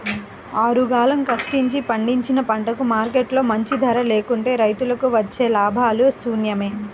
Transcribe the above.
ఆరుగాలం కష్టించి పండించిన పంటకు మార్కెట్లో మంచి ధర లేకుంటే రైతులకు వచ్చే లాభాలు శూన్యమే